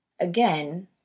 Again